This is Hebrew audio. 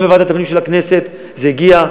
גם לוועדת הפנים של הכנסת זה הגיע.